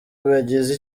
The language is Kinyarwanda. bagize